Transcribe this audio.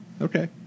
Okay